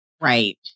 Right